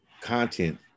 content